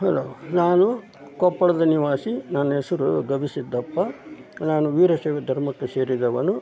hello ನಾನು ಕೊಪ್ಪಳದ ನಿವಾಸಿ ನನ್ನ ಹೆಸರು ಗವಿಸಿದ್ದಪ್ಪ ನಾನು ವೀರಶೈವ ಧರ್ಮಕ್ಕೆ ಸೇರಿದವನು